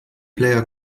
player